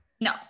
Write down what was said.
No